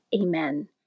Amen